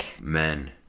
men